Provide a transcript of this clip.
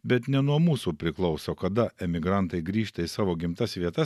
bet ne nuo mūsų priklauso kada emigrantai grįžta į savo gimtas vietas